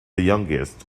youngest